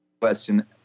question